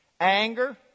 anger